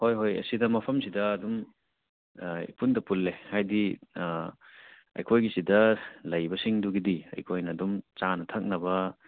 ꯍꯣꯏ ꯍꯣꯏ ꯁꯤꯗ ꯃꯐꯝꯁꯤꯗ ꯑꯗꯨꯝ ꯑꯥ ꯏꯄꯨꯟꯗ ꯄꯨꯜꯂꯦ ꯍꯥꯏꯗꯤ ꯑꯩꯈꯣꯏꯒꯤ ꯁꯤꯗ ꯂꯩꯕꯁꯤꯡꯗꯨꯒꯤꯗꯤ ꯑꯩꯈꯣꯏꯅ ꯑꯗꯨꯝ ꯆꯥꯅ ꯊꯛꯅꯕ